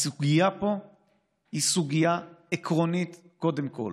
הסוגיה פה היא קודם כול